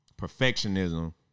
perfectionism